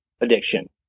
addiction